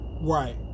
Right